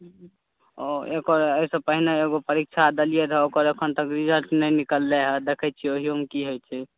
आओर एकर एहिसँ पहिने एगो परीक्षा देलियै रहऽ ओकर एखन तक रिजल्ट नहि निकललैए देखैत छियै ओहियोमे की होइत छै